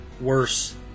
worse